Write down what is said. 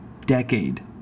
decade